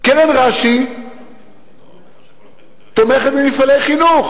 קרן רש"י תומכת במפעלי חינוך.